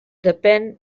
depèn